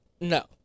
No